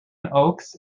oaks